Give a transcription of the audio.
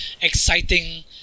exciting